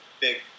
big